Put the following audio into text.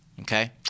Okay